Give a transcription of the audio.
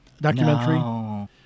documentary